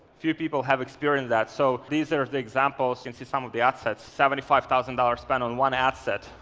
few people have experienced that, so these are the examples. you and see some of the assets. seventy five thousand dollars spent on one ad set,